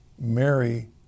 Mary